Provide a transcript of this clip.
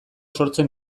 sortzen